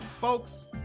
Folks